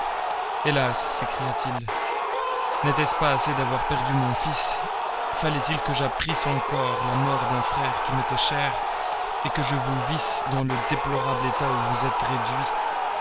hélas s'écria-t-il n'était-ce pas assez d'avoir perdu mon fils fallait-il que j'apprisse encore la mort d'un frère qui m'était cher et que je vous visse dans le déplorable état où vous êtes réduit